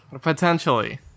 potentially